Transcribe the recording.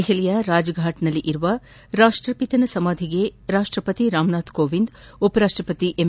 ದೆಹಲಿಯ ರಾಜ್ಫಾಟ್ನಲ್ಲಿನ ರಾಷ್ಷಪಿತನ ಸಮಾಧಿಗೆ ರಾಷ್ಷಪತಿ ರಾಮ್ನಾಥ್ ಕೋವಿಂದ್ ಉಪರಾಷ್ಷಪತಿ ಎಂ